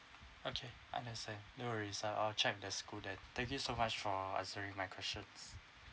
okay understand no worry I'll check the school there thank you so much for answering my questions